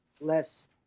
less